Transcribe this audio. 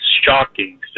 shocking